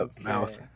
mouth